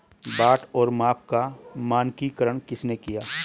बाट और माप का मानकीकरण किसने किया?